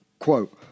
Quote